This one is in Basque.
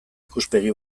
ikuspegi